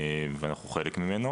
אנחנו חלק ממנו